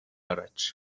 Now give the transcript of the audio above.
araç